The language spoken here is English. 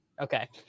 Okay